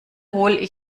hol